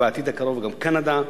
ובעתיד הקרוב גם קנדה,